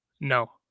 No